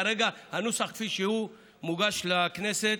כרגע הנוסח כפי שהוא מוגש לכנסת,